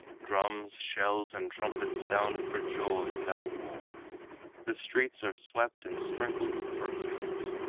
drums, shells and trumpets sound for joy, not war the streets are swept and sprinkled with perfumes,